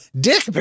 Dick